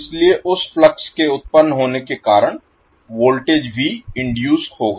इसलिए उस फ्लक्स के उत्पन्न होने के कारण वोल्टेज v इनडुइस होगा